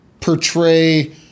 portray